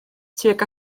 tuag